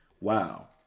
Wow